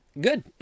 good